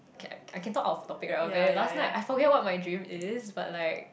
can I can talk out of a bit lah last night I forget what my dream is but like